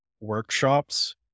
workshops